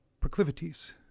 proclivities